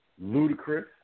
Ludicrous